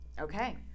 Okay